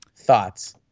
thoughts